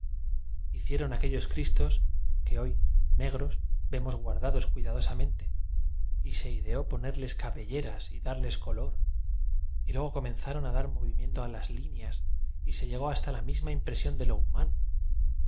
hicieron ruellos cristos que hoy negros vemos guardados cuidadosamente y se ideó po nerles cabelleras y darles color y luego co menzaron a dar movimiento a las lineas y se llegó hasta la misma impresión de lo hu